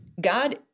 God